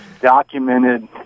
documented